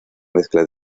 mezcla